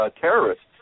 terrorists